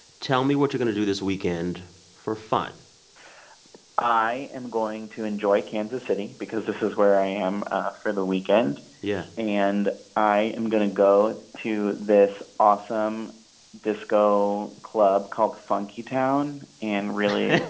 tell me what you're going to do this weekend for fun i am going to enjoy kansas city because this is where i am for the weekend yeah and i am going to go to this awesome disco club called funky town and really.